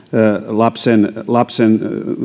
lapsen lapsen